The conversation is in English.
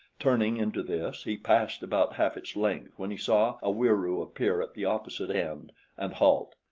turning into this he passed about half its length when he saw a wieroo appear at the opposite end and halt.